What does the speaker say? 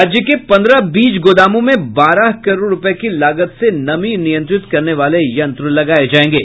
राज्य के पन्द्रह बीज गोदामों में बारह करोड़ रूपये की लागत से नमी नियंत्रित करने वाले यंत्र लगाये जायेंगे